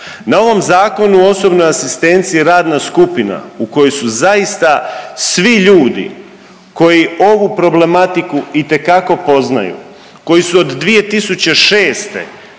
Na ovom Zakonu o osobnoj asistenciji radna skupina u koju su zaista svi ljudi koji ovu problematiku itekako poznaju, koji su od 2006. sa